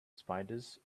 spiders